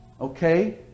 okay